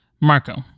Marco